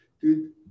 Dude